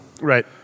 right